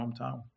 hometown